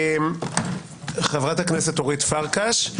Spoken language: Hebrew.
חברת הכנסת אורית פרקש,